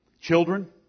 Children